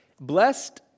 Blessed